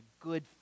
good